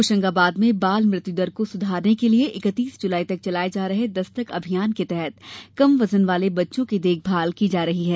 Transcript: होशंगाबाद जिले में बाल मृत्युदर को सुधारने के लिये इकत्तीस जुलाई तक चलाये जा रहे दस्तक अभियान के तहत कम वजन वाले बच्चों की देखभाल की जा रही है